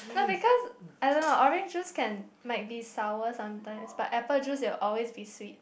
no because I don't know orange juice can might be sour sometimes but apple juice will always be sweet